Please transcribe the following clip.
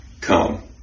come